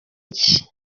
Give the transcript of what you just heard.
iki